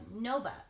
Nova